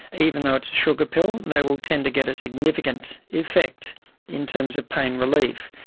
even though it's a sugar pill they will tend to get a significant effect in terms of pain relief.